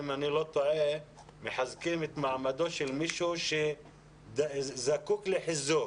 אם אני לא טועה מחזקים את מעמדו של מישהו שזקוק לחיזוק